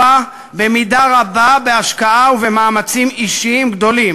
במידה רבה בהשקעה ובמאמצים אישיים גדולים.